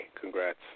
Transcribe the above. Congrats